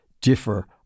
differ